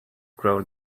grow